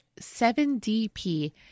7DP